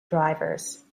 drivers